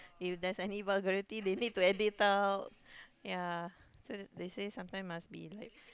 if there's any vulgarities they need to edit out ya so they they say sometimes must be like